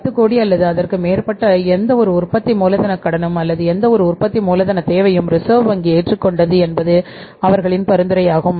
10 கோடி அல்லது அதற்கு மேற்பட்ட எந்தவொரு உற்பத்தி மூலதனக் கடனும் அல்லது எந்தவொரு உற்பத்தி மூலதனத் தேவையும் ரிசர்வ் வங்கி ஏற்றுக்கொண்டது என்பது அவர்களின் பரிந்துரையாகும்